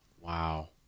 wow